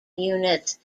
units